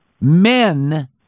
men